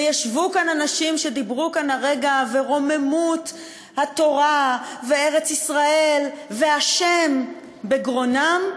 וישבו כאן אנשים ודיברו כאן הרגע ורוממות התורה וארץ-ישראל והשם בגרונם,